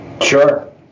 Sure